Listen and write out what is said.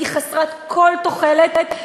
היא חסרת כל תוחלת,